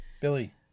Billy